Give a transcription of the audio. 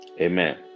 Amen